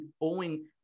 owing